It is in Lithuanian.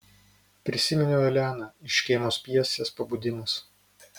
prisiminiau eleną iš škėmos pjesės pabudimas